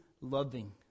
loving